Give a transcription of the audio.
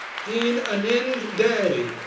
dean anind dey,